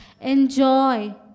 enjoy